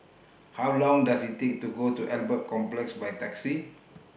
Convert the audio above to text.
How Long Does IT Take to Go to Albert Complex By Taxi